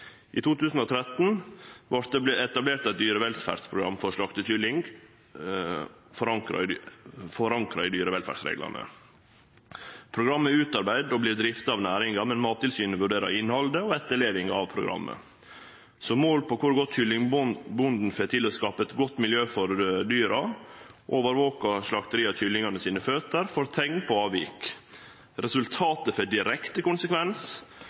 I 2013 vart det etablert eit dyrevelferdsprogram for slaktekylling forankra i dyrevelferdsreglane. Programmet er utarbeidd og vert drifta av næringa, men Mattilsynet vurderer innhaldet og etterlevinga av programmet. Som mål på kor godt kyllingbonden får til å skape eit godt miljø for dyra, overvakar slakteria føtene til kyllingen for teikn på avvik. Resultatet får direkte